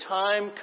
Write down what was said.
time